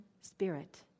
spirit